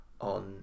on